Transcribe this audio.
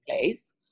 place